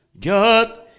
God